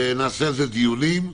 נעשה על זה דיונים.